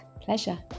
pleasure